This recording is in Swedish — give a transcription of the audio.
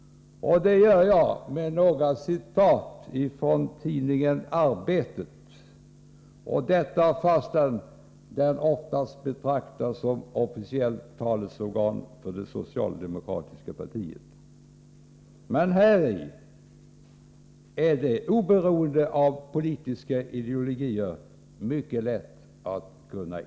Till denna vädjan fogar jag några citat från tidningen Arbetet, trots att den tidningen oftast betraktas som officiellt språkrör för det socialdemokratiska partiet. Men i följande skrivning är det — oberoende av politisk ideologi — mycket lätt att instämma.